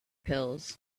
pills